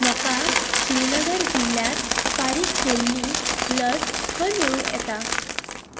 म्हाका श्रीनगर जिल्ल्यांत फारीक केल्ली लस खंय मेळूं येता